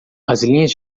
linhas